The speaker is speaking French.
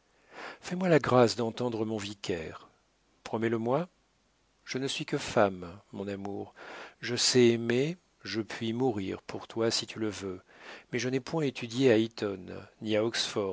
fais-moi la grâce d'entendre mon vicaire promets-le-moi je ne suis que femme mon amour je sais aimer je puis mourir pour toi si tu le veux mais je n'ai point étudié à